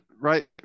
right